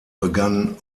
begann